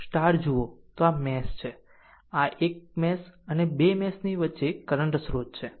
અને જો તે જુઓ તો આ મેશ છે અને આ 1 મેશ અને 2 મેશ ની વચ્ચે 1 કરંટ સ્રોત છે